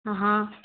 हाँ